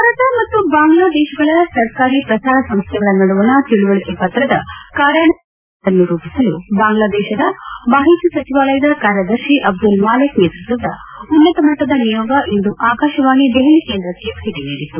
ಭಾರತ ಮತ್ತು ಬಾಂಗ್ಲಾದೇಶಗಳ ಸರ್ಕಾರಿ ಪ್ರಸಾರ ಸಂಸ್ಲೆಗಳ ನಡುವಣ ತಿಳುವಳಿಕೆ ಪತ್ರದ ಕಾರ್ಯಾನುಷ್ಲಾನದ ವಿಧಿವಿಧಾನಗಳನ್ನು ರೂಪಿಸಲು ಬಾಂಗ್ಲಾದೇಶದ ಮಾಹಿತಿ ಸಚಿವಾಲಯದ ಕಾರ್ಯದರ್ಶಿ ಅಬ್ಲುಲ್ ಮಾಲೆಕ್ ನೇತ್ಪತ್ವದ ಉನ್ನತ ಮಟ್ಟದ ನಿಯೋಗ ಇಂದು ಆಕಾಶವಾಣಿಯ ದೆಹಲಿ ಕೇಂದ್ರಕ್ಷೆ ಭೇಟಿ ನೀಡಿತ್ತು